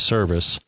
Service